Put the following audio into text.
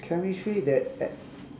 chemistry that at